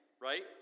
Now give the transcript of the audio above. right